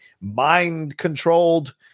mind-controlled